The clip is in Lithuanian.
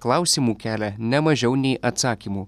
klausimų kelia ne mažiau nei atsakymų